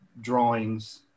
drawings